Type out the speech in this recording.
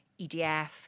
EDF